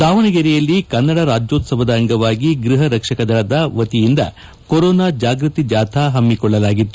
ದಾವಣಗೆರೆಯಲ್ಲಿ ಕನ್ನಡ ರಾಜ್ಣೋತ್ಸವದ ಅಂಗವಾಗಿ ಗೃಹ ರಕ್ಷಣದಳದ ವತಿಯಿಂದ ಕೊರೋನಾ ಜಾಗೃತಿ ಜಾಥಾ ಹಮ್ಮಿಕೊಳ್ಳಲಾಗಿತ್ತು